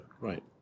Right